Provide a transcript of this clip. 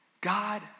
God